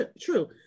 true